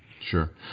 Sure